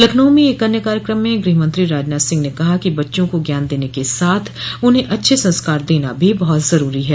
लखनऊ में एक अन्य कार्यक्रम में गुहमंत्री राजनाथ सिंह ने कहा है कि बच्चों को ज्ञान देने के साथ उन्हें अच्छे संस्कार देना भी बहुत जरूरी है